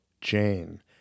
Jane